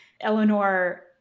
Eleanor